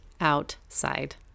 outside